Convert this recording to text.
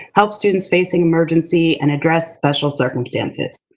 help students facing emergency and address special circumstances.